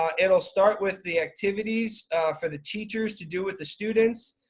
um it'll start with the activities for the teachers to do with the students,